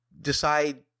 decide